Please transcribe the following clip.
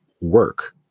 work